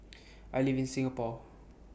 I live in Singapore